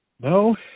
No